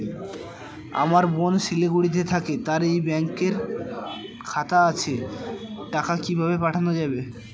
আমার বোন শিলিগুড়িতে থাকে তার এই ব্যঙকের খাতা আছে টাকা কি ভাবে পাঠানো যাবে?